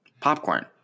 Popcorn